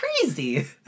crazy